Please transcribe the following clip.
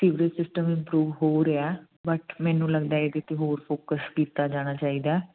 sewerage system improve ਹੋ ਰਿਹਾ but ਮੈਨੂੰ ਲੱਗਦਾ ਇਹਦੇ 'ਤੇ ਹੋਰ ਫੋਕਸ ਕੀਤਾ ਜਾਣਾ ਚਾਹੀਦਾ